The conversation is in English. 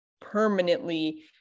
permanently